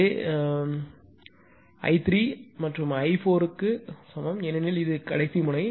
எனவே மற்றும் I 3 I 4 க்கு சமம் ஏனெனில் இது கடைசி முனை